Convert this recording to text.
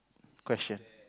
question